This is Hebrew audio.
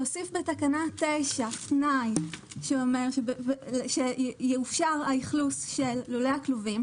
להוסיף בתקנה 9 תנאי שאומר שיאופשר האכלוס של לולי הכלובים,